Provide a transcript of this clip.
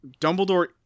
Dumbledore